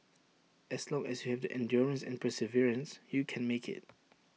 as long as you have the endurance and perseverance you can make IT